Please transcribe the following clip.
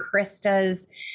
Krista's